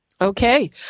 Okay